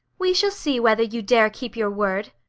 we shall see whether you dare keep your word.